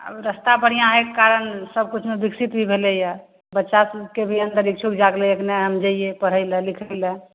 रस्ता बढ़िआँ होइके कारण सबकिछुमे विकसित भी भेलैए बच्चा सभकेँ भी अन्दर इच्छुक जागलै यऽ कि नहि हम जाइए पढ़ै ले लिखै ले